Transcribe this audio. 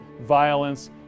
violence